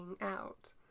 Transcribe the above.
out